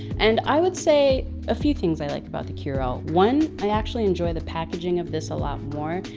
and i would say a few things i like about the curel. one, i actually enjoy the packaging of this a lot more.